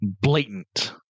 blatant